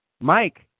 Mike